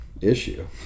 issue